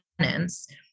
tenants